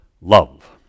love